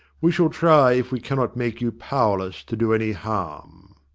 we shall try if we cannot make you powerless to do any harm.